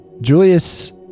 Julius